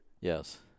Yes